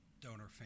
donor